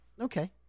Okay